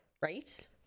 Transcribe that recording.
Right